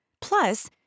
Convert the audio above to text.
Plus